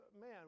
man